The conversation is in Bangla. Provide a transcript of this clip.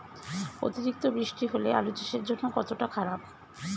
অতিরিক্ত বৃষ্টি হলে আলু চাষের জন্য কতটা খারাপ?